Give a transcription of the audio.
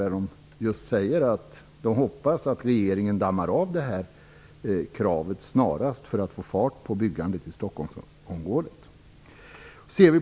Där står det att man hoppas att regeringen dammar av detta krav snarast för att få fart på byggandet i Stockholmsområdet.